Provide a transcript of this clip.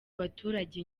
abaturage